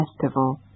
Festival